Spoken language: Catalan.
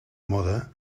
moda